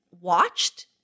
watched